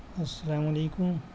السلام علیکم